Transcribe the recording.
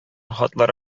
хатлар